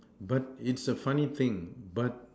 but it's a funny thing